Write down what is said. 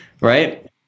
right